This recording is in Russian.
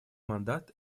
мандат